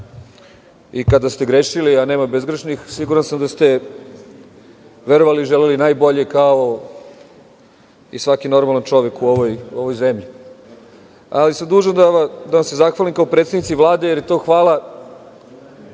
I kada ste grešili, a nema bezgrešnih, siguran sam da ste verovali i želeli najbolje kao i svaki normalan čovek u ovoj zemlji. Ali, dužan sam da vam se zahvalim kao predsednici Vlade, jer je to hvala